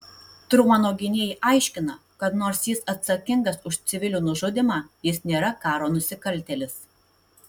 trumano gynėjai aiškina kad nors jis atsakingas už civilių nužudymą jis nėra karo nusikaltėlis